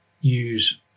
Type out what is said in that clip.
use